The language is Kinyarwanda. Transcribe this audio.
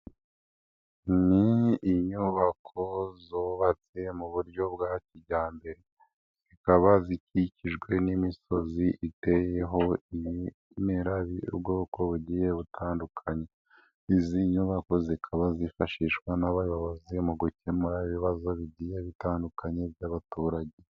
Ni inyubako zubatse mu buryo bwa kijyambere, zikaba zikikijwe n'imisozi iteyeho ibimera by'ubwoko bugiye butandukanye. Izi nyubako zikaba zifashishwa n'abayobozi mu gukemura ibibazo bigiye bitandukanye by'abaturage.